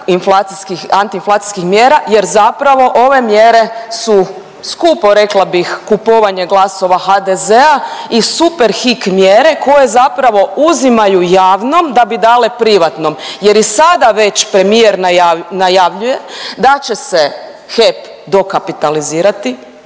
antiinflacijskih mjera, jer zapravo ove mjere su skupo rekla bih kupovanje glasova HDZ-a i super hik mjere koje zapravo uzimaju javnom da bi dale privatno. Jer i sada već premijer najavljuje da će se HEP dokapitalizirati.